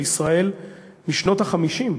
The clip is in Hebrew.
את תרבותה של ישראל משנות ה-50.